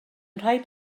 rhaid